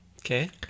Okay